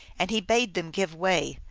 and he bade them give way,